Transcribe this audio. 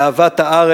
לאהבת העם,